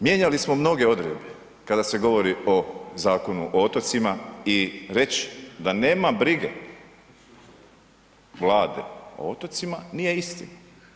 Mijenjali smo mnoge odredbe kada se govori o Zakonu o otocima i reći da nema brige Vlade o otocima nije istina.